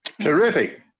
Terrific